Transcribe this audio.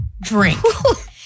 drink